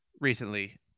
recently